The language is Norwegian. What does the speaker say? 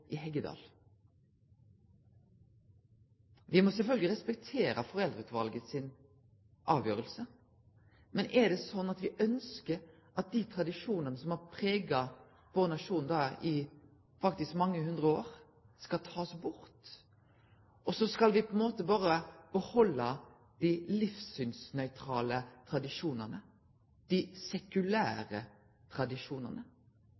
i Heggedal: Me må sjølvsagt respektere foreldreutvalet si avgjerd, men er det sånn at me ønskjer at dei tradisjonane som har prega vår nasjon i mange hundre år, skal takast bort, og så skal me på ein måte berre behalde dei livssynsnøytrale tradisjonane, dei